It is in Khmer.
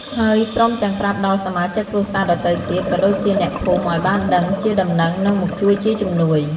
ហើយព្រមទាំងប្រាប់ដល់សមាជិកគ្រួសារដទៃទៀតក៏ដូចជាអ្នកភូមិឲ្យបានដឹងជាដំណឹងនិងមកជួយជាជំនួយ។